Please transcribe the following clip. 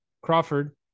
Crawford